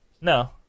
No